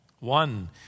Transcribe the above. One